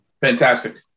Fantastic